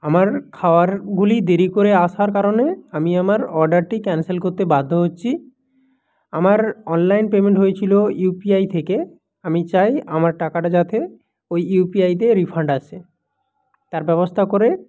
আমার খাওয়ারগুলি দেরি করে আসার কারণে আমি আমার অডারটি ক্যান্সেল করতে বাধ্য হচ্ছি আমার অনলাইন পেমেন্ট হয়েছিলো ইউপিআই থেকে আমি চাই আমার টাকাটা যাতে ওই ইউ পি আইতে রিফান্ড আসে তার ব্যবস্থা করে